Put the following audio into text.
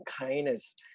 kindness